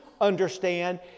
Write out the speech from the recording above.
understand